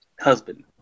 husband